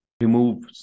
remove